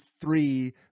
three